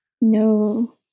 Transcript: No